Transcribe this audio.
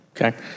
Okay